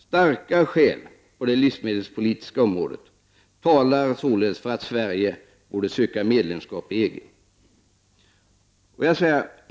Starka skäl på det livsmedelspolitiska området — och för den del även på det miljöpolitiska området — talar således för att Sverige borde söka medlemskap i EG.